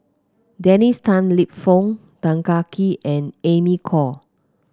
Dennis Tan Lip Fong Tan Kah Kee and Amy Khor